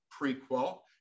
prequel